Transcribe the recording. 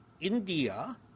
India